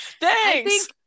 thanks